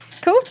cool